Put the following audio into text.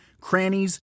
crannies